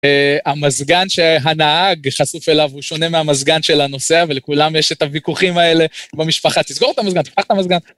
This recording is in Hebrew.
המזגן שהנהג חשוף אליו הוא שונה מהמזגן של הנוסע, ולכולם יש את הוויכוחים האלה במשפחה. תסגור את המזגן, תפתח את המזגן.